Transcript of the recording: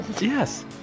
Yes